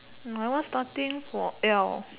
my one starting for L